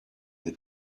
your